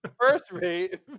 first-rate